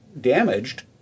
damaged